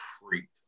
freaked